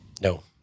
No